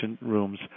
rooms